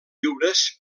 lliures